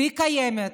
והיא קיימת,